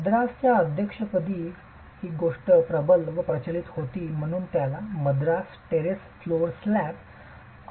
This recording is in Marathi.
मद्रास अध्यक्षपदही गोष्ट प्रबल व प्रचलित होती आणि म्हणूनच त्याला मद्रास टेरेस फ्लोअर स्लॅब असे नाव पडते